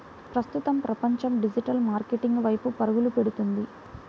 ప్రస్తుతం ప్రపంచం digital marketing వైపు పరుగులు పెడుతుంది